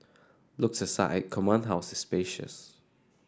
looks aside Command House is spacious